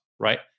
Right